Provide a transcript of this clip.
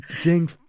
ding